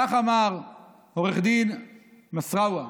כך אמר עו"ד מסארווה,